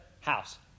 house